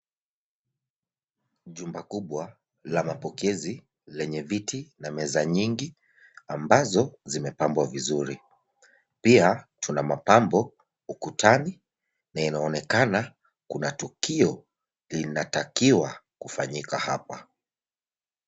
Jumba kubwa la mapokezi lenye viti na meza nyingi ambazo zimepambwa vizuri. Pia tuna mapambo ukutani na inaonekana kuna tukio linatakiwa kufanyika hapa.